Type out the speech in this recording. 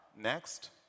Next